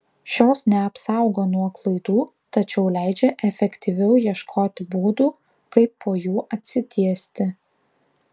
šios neapsaugo nuo klaidų tačiau leidžia efektyviau ieškoti būdų kaip po jų atsitiesti